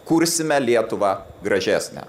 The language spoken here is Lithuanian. kursime lietuvą gražesnę